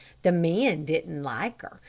the men didn't like her,